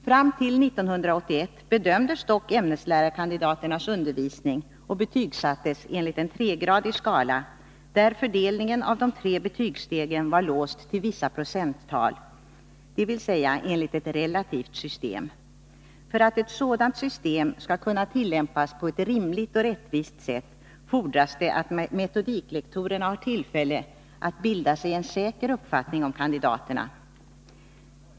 Fram till 1981 bedömdes dock ämneslärarkandidaternas undervisning och betygsattes enligt en tregradig skala, där fördelningen av de tre betygsstegen varlåst till vissa procenttal, dvs. enligt ett relativt system. För att ett sådant system skall kunna tillämpas på ett rimligt och rättvist sätt fordras det att metodiklektorerna har tillfälle att bilda sig en säker uppfattning om kandidaterna.